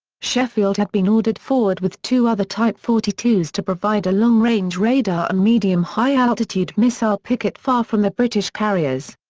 sheffield had been ordered forward with two other type forty two s to provide a long-range radar and medium-high altitude missile picket far from the british carriers.